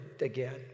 again